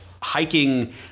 hiking